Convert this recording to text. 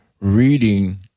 reading